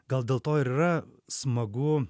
gal dėl to ir yra smagu